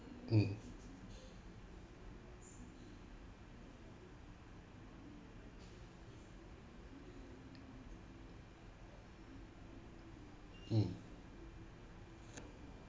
mm mm